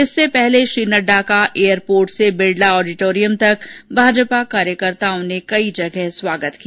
इससे पहले श्री नड्डा का एयरपोर्ट से बिडला ऑडिटोरियम तक भाजपा कार्यकर्ताओं ने कई जगह स्वागत किया